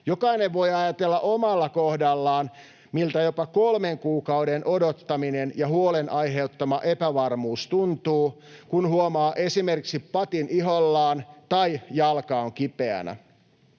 Jokainen voi ajatella omalla kohdallaan, miltä jopa kolmen kuukauden odottaminen ja huolen aiheuttama epävarmuus tuntuvat, kun huomaa esimerkiksi patin ihollaan tai jalka on kipeänä.